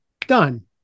Done